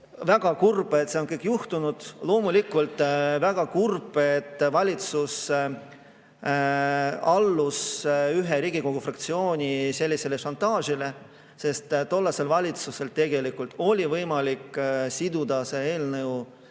Väga kurb, et see kõik on juhtunud. Loomulikult on väga kurb, et valitsus allus ühe Riigikogu fraktsiooni sellisele šantaažile, sest tollasel valitsusel tegelikult oli võimalik siduda see eelnõu